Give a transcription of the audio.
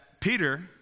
Peter